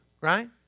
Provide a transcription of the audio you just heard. right